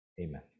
Amen